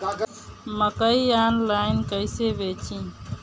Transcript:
मकई आनलाइन कइसे बेची?